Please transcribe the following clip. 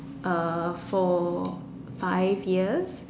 uh for five years